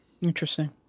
Interesting